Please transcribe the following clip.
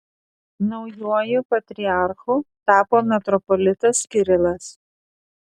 naujuoju patriarchu tapo metropolitas kirilas